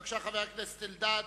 בבקשה, חבר הכנסת אלדד.